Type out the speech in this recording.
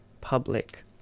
public